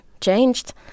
changed